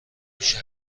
میشه